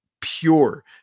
pure